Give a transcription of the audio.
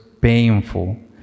painful